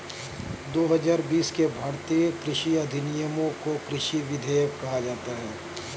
दो हजार बीस के भारतीय कृषि अधिनियमों को कृषि विधेयक कहा जाता है